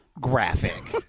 graphic